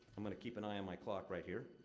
i'm gonna keep an eye on my clock right here.